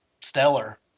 stellar